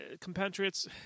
compatriots